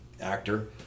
actor